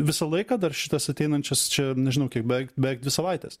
visą laiką dar šitas ateinančias čia nežinau kiek beveik beveik dvi savaites